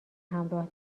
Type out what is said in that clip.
همراه